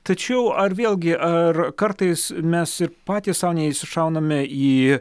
tačiau ar vėlgi ar kartais mes ir patys sau neįsišauname į